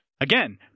Again